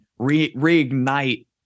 reignite